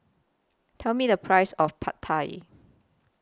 Tell Me The Price of Pad Thai